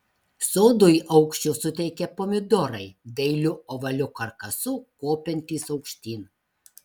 sodui aukščio suteikia pomidorai dailiu ovaliu karkasu kopiantys aukštyn